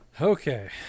Okay